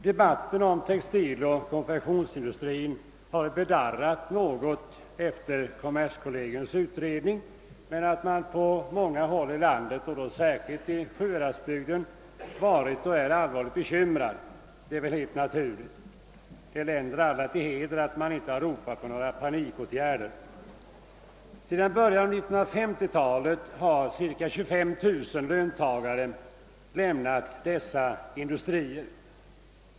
Debatten om textiloch konfektionsindustrin har väl bedarrat något efter kommerskollegii utredning, men att man på många håll i landet och särskilt i Sjuhäradsbygden varit och är allvarligt bekymrad är väl helt naturligt. Det länder alla till heder att ingen likväl har ropat på panikåtgärder. Sedan början av 1950-talet har cirka 25 000 löntagare lämnat dessa industrier.